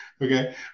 Okay